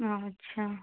अच्छा